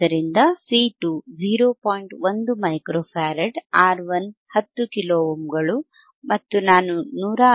1 microfarad R1 10 kilo ಓಮ್ಗಳು ಮತ್ತು ನಾನು 159